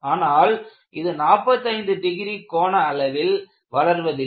ஆனால் இது 45 டிகிரி கோண அளவில் வளர்வதில்லை